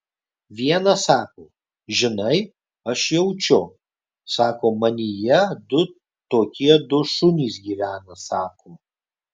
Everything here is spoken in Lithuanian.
vienas sako žinai aš jaučiu sako manyje du tokie du šunys gyvena sako